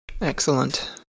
Excellent